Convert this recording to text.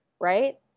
Right